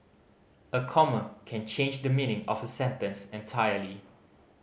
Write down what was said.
a comma can change the meaning of a sentence entirely